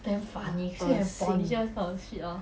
恶心